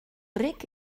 ric